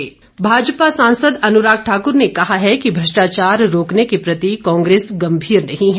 अनुराग ठाकुर भाजपा सांसद अनुराग ठाकुर ने कहा है कि भ्रष्टाचार रोकने के प्रति कांग्रेस गंभीर नहीं है